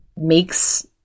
makes